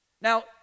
Now